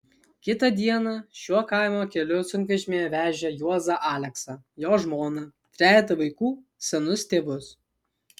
kitą dieną šiuo kaimo keliu sunkvežimyje vežė juozą aleksą jo žmoną trejetą vaikų senus tėvus